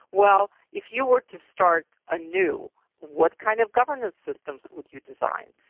well, if you were to start anew, what kind of governance systems would you design?